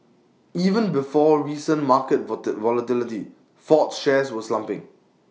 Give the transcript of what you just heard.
even before recent market vote volatility Ford's shares were slumping